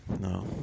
No